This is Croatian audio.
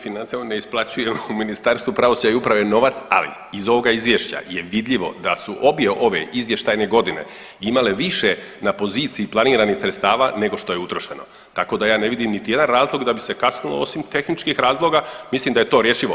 Pa ja se ne bavim, to ne isplaćuju u Ministarstvu pravosuđa i uprave novac, ali iz ovoga izvješća je vidljivo da su obje ove izvještajne godine imale više na poziciji planiranih sredstava nego što je utrošeno, tako da ja ne vidim niti jedan razlog da bi se kasnilo osim tehničkih razloga, mislim da je to rješivo.